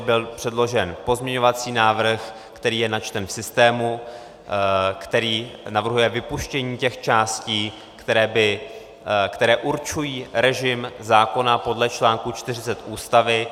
Byl předložen pozměňovací návrh, který je načten v systému, který navrhuje vypuštění těch částí, které určují režim zákona podle článku 40 Ústavy.